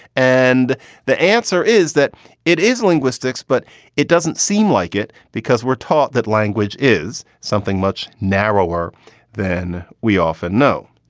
and the answer is that it is linguistics. but it doesn't seem like it because we're taught that language is something much narrower than we often know.